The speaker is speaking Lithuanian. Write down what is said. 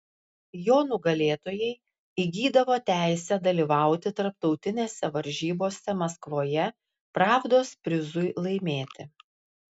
jo nugalėtojai įgydavo teisę dalyvauti tarptautinėse varžybose maskvoje pravdos prizui laimėti